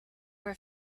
were